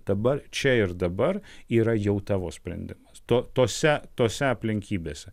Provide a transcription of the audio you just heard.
dabar čia ir dabar yra jau tavo sprendimas to tose tose aplinkybėse